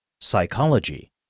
Psychology